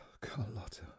Carlotta